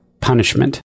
punishment